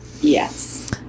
Yes